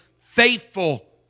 faithful